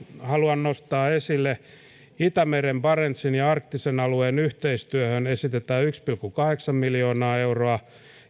haluan nostaa esille nämä itämeren barentsin ja arktisen alueen yhteistyöhön esitetään yhtä pilkku kahdeksaa miljoonaa euroa